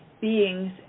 beings